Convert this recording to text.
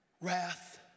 wrath